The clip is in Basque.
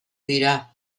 dira